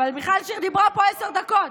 מיכל שיר דיברה פה עשר דקות.